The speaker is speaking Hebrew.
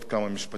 משפט אחד.